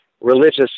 religious